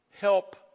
Help